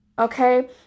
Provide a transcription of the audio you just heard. Okay